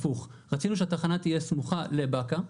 רצינו שהתחנה תהיה סמוכה לבאקה,